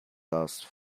cause